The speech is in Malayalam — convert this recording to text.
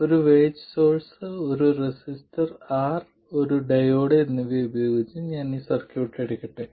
ഒരു വേജ് സോഴ്സ് ഒരു റെസിസ്റ്റർ R ഒരു ഡയോഡ് എന്നിവ ഉപയോഗിച്ച് ഞാൻ ഈ സർക്യൂട്ട് എടുക്കട്ടെ